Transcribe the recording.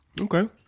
Okay